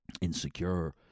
insecure